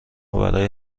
برای